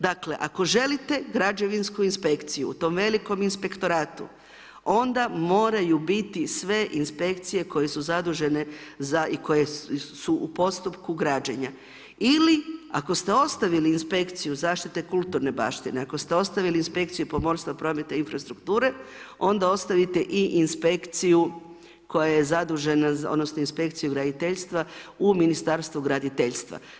Dakle želite građevinsku inspekciju u tom velim inspektoratu, onda moraju biti sve inspekcije koje su zadužene za i koje su u postupku građenja ili ako ste ostavili inspekciju zaštite kulturne baštine, ako ste ostavili inspekciju pomorstva, prometa, infrastrukture onda ostavite i inspekciju koja je zadužena odnosno inspekciju graditeljstva u Ministarstvu graditeljstva.